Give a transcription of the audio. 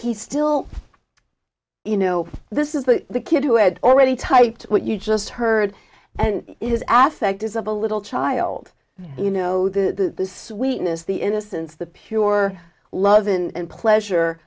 e still you know this is the kid who had already typed what you just heard and is aspect is of a little child you know the sweetness the innocence the pure love and pleasure